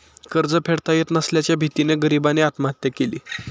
कर्ज फेडता येत नसल्याच्या भीतीने गरीबाने आत्महत्या केली